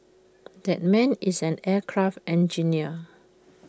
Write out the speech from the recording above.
that man is an aircraft engineer